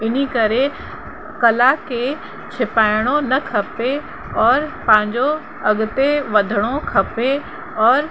इन करे कला खे छिपाइणो न खपे और पंहिंजो अॻिते वधणो खपे और